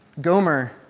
Gomer